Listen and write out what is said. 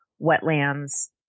wetlands